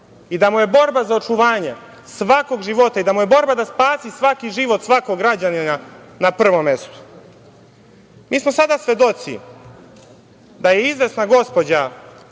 i da mu je borba za očuvanje svakog života i borba da spasi svaki život svakog građanina na prvom mestu. Mi smo sada svedoci da je izvesna gospođa